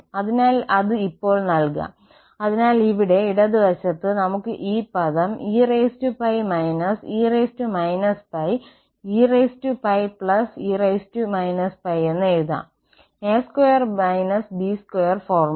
അതിനാൽ അത് ഇപ്പോൾ നൽകാം അതിനാൽ ഇവിടെ ഇടതുവശത്ത് നമുക്ക് ഈ പദം eπ −e −π eπ e −π എന്ന് എഴുതാം a2 -b2 ഫോർമുല